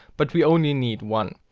but we only need one.